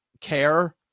care